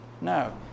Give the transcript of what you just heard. No